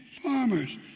farmers